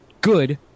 good